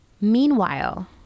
Meanwhile